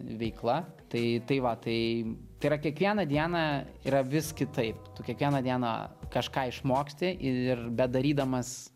veikla tai tai va tai tai yra kiekvieną dieną yra vis kitaip tu kiekvieną dieną kažką išmoksti ir bedarydamas